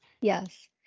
yes